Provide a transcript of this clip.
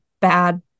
bad